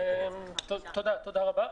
תודה רבה.